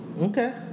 Okay